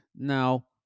Now